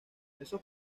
esos